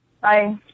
Bye